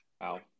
wow